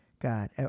God